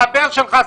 חבר שלך,